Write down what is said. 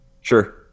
Sure